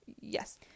Yes